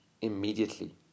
immediately